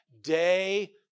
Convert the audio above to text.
day